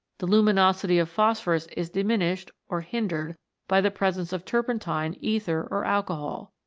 the luminosity of phosphorus is diminished or hindered by the presence of turpentine, ether, or alcohol.